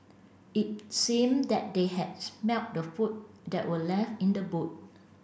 it seemed that they had smelt the food that were left in the boot